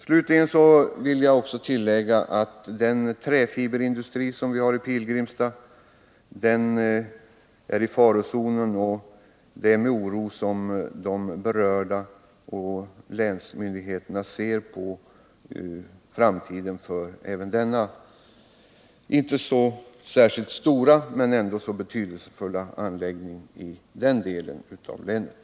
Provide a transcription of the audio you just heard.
Slutligen vill jag tillägga att den träfiberindustri som vi har i Pilgrimstad är i farozonen, och det är med oro som de berörda och länsmyndigheterna ser på framtiden för även denna inte så särskilt stora men ändå så betydelsefulla anläggning i den delen av länet.